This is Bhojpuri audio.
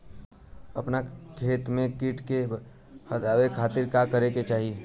अपना खेत से कीट के हतावे खातिर का करे के चाही?